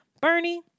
bernie